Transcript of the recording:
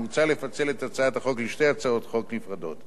מוצע לפצל את הצעת החוק לשתי הצעות חוק נפרדות.